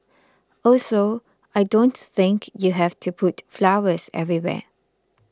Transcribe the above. also I don't think you have to put flowers everywhere